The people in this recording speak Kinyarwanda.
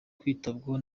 kwitabwaho